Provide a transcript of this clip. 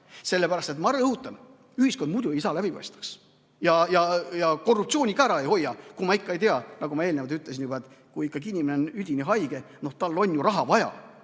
sellepärast et ma rõhutan, ühiskond muidu ei saa läbipaistvaks. Ja korruptsiooni ka ära ei hoia. Kui ma ikka ei tea, nagu ma eelnevalt ütlesin, et inimene on üdini haige ja tal on raha vaja,